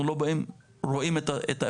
אנחנו לא רואים את הפתרונות,